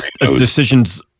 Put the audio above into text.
decisions